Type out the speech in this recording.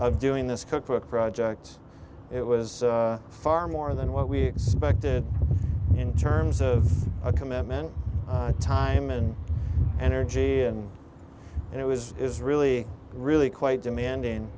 of doing this cookbook project it was far more than what we expected in terms of a commitment time and energy and it was is really really quite demanding